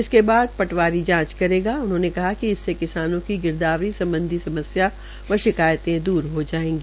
इसके बाद पटवारी जांच करेगा उन्होंने कहा कि इससे किसानों की गिरदावरी सम्बधी समस्या व शिकायतें दूर हो जायेगी